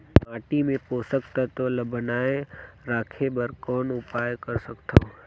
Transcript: माटी मे पोषक तत्व ल बनाय राखे बर कौन उपाय कर सकथव?